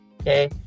okay